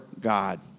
God